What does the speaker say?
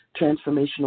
transformational